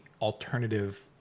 alternative